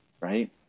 right